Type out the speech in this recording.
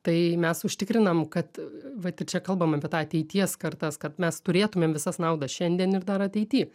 tai mes užtikrinam kad vat ir čia kalbam apie tą ateities kartas kad mes turėtumėm visas naudas šiandien ir dar ateity